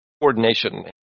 coordination